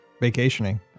vacationing